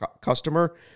customer